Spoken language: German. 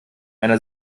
einer